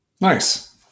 Nice